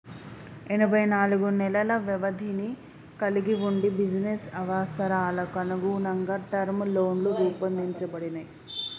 ఎనబై నాలుగు నెలల వ్యవధిని కలిగి వుండి బిజినెస్ అవసరాలకనుగుణంగా టర్మ్ లోన్లు రూపొందించబడినయ్